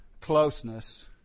closeness